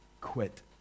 quit